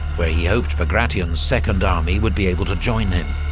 where he hoped bagration's second army would be able to join him.